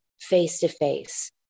face-to-face